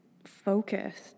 Focused